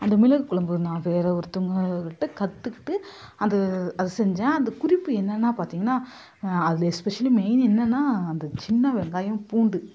அந்த மிளகு குழம்பு நான் வேறு ஒருத்தவங்கக்கிட்ட கற்றுக்கிட்டு அது அதை செஞ்சேன் அந்த குறிப்பு என்னென்னானு பார்த்திங்கன்னா அது எஸ்பெஷலி மெயின் என்னென்னால் அந்த சின்ன வெங்காயம் பூண்டு